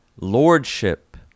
lordship